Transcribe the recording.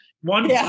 One